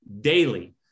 daily